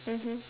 mmhmm